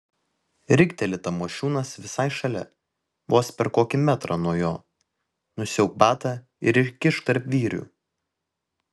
rikteli tamošiūnas visai šalia vos per kokį metrą nuo jo nusiauk batą ir įkišk tarp vyrių